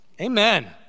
Amen